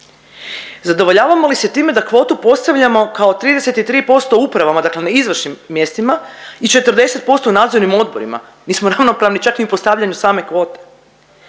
Zadovoljavamo li se time da kvotu postavljamo kao 33% upravama, dakle na izvršnim mjestima i 40% nadzornim odborima? Nismo ravnopravni čak ni u postavljanju same kvote.